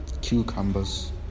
cucumbers